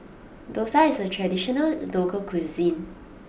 Dosa is a traditional local cuisine